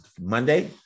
Monday